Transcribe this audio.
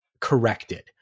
corrected